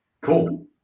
Cool